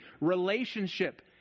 relationship